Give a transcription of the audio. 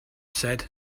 said